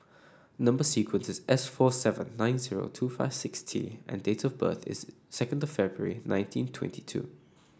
number sequence is S four seven nine zero two five six T and date of birth is second February nineteen twenty two